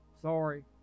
Sorry